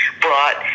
brought